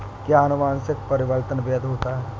क्या अनुवंशिक परिवर्तन वैध होता है?